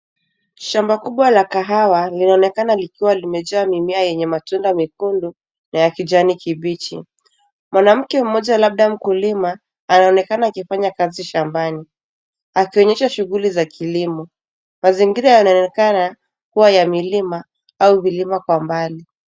Shamba kubwa la kahawa linaonekana likiwa limejaa mimea yenye matunda mekundu na ya kijani kibichi. Mwanamke mmoja labda mkulima anaonekana akifanya kazi shambani, akionyesha shughuli za kilimo. Mazingira yanaonekana kuwa ya milima au vilima kwa mbali.